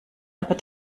aber